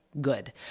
good